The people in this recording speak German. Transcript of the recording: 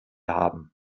haben